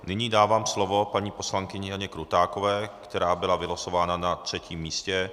Nyní dávám slovo paní poslankyni Janě Krutákové, která byla vylosována na třetím místě.